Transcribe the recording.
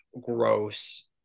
gross